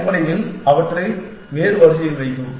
அடிப்படையில் அவற்றை வேறு வரிசையில் வைக்கவும்